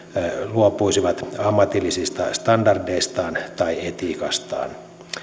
luopuisivat ammatillisista standardeistaan tai etiikastaan